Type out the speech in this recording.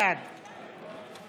בעד